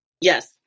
yes